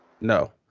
No